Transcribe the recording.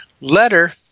Letter